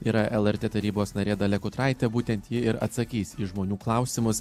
yra lrt tarybos narė dalia kutraitė būtent ji ir atsakys į žmonių klausimus